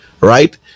right